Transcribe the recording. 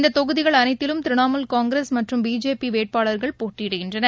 இந்ததொகுதிகள் அனைத்திலும் திரிணமூல் காங்கிரஸ் மற்றும் பிஜேபிவேட்பாளர்கள் போட்டியிடுகின்றனர்